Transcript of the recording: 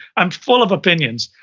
i'm full of opinions,